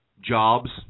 jobs